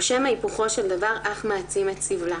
או שמא היפוכו של דבר אך מעצים את סבלה."